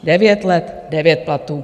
Devět let devět platů.